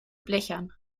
blechern